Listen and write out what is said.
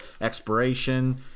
expiration